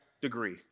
degree